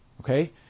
okay